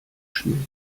schmilzt